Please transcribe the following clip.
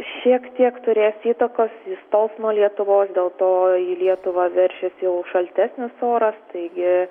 šiek tiek turės įtakos jis tols nuo lietuvos dėl to į lietuvą veršis jau šaltesnis oras taigi